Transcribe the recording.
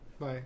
Bye